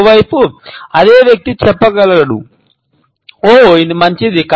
మరోవైపు అదే వ్యక్తి చెప్పగలను ఓహ్ ఇది మంచిది